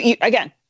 Again